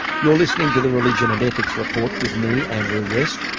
you're listening to the religion and ethics report with me, andrew west,